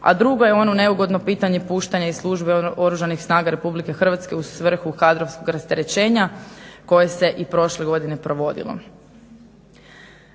a drugo je ono neugodno pitanje puštanje iz službe Oružanih snaga Republike Hrvatske u svrhu kadrovskog rasterećenja koje se i prošle godine provodilo.